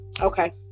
Okay